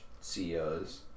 CEOs